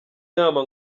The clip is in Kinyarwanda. nama